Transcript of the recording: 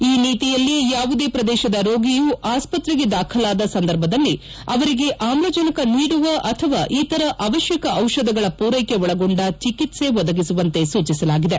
ಈ ನೀತಿಯಲ್ಲಿ ಯಾವುದೇ ಪ್ರದೇಶದ ರೋಗಿಯು ಆಸ್ವತ್ರಗೆ ದಾಖಲಾದ ಸಂದರ್ಭದಲ್ಲಿ ಅವರಿಗೆ ಆಮ್ಲಜನಕ ನೀಡುವ ಅಥವಾ ಇತರ ಅವಶ್ಯಕ ದಿಷಧಗಳ ಮೂರೈಕೆ ಒಳಗೊಂಡ ಚಿಕಿತ್ಸ ಒದಗಿಸುವಂತೆ ಸೂಚಿಸಲಾಗಿದೆ